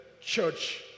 church